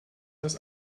das